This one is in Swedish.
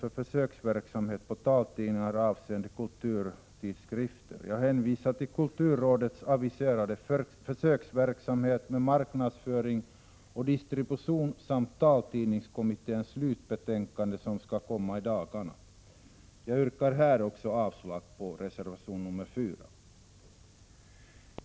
till försöksverksamhet med taltidningar avseende kulturtidskrifter. Jag hänvisar till kulturrådets aviserade försöksverksamhet med marknadsföring och distribution samt taltidningskommitténs slutbetänkande, som skall komma i dagarna. Jag yrkar avslag på reservation nr 4.